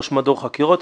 ראש מדור חקירות,